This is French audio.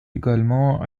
également